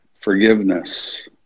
forgiveness